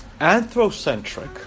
anthrocentric